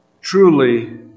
Truly